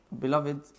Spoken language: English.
beloved